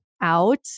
out